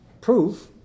Proof